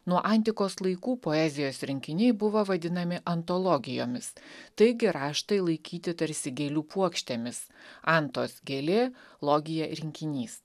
nuo antikos laikų poezijos rinkiniai buvo vadinami antologijomis taigi raštai laikyti tarsi gėlių puokštėmis antos gėlė logija rinkinys